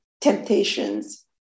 temptations